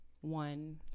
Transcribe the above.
one